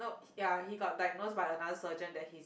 ya he got diagnosed by another surgeon that he